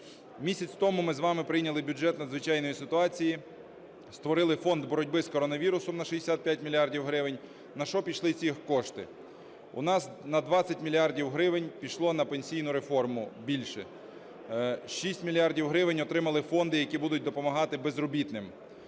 Місяць тому ми з вами прийняли бюджет надзвичайної ситуації, створили фонд боротьби з коронавірусом на 65 мільярдів гривень. На що пішли ці кошти? У нас на 20 мільярдів гривень пішло на пенсійну реформу більше, 6 мільярдів гривень отримали фонди, які будуть допомагати безробітним,